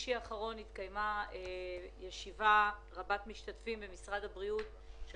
התקיימה ישיבה רבת משתתפים במשרד הבריאות של